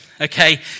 okay